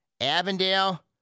Avondale